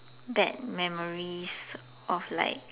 bad memories of like